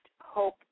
hope